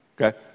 okay